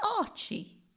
Archie